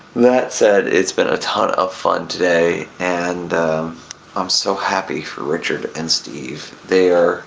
that said, it's been a ton of fun today, and i'm so happy for richard and steve. they are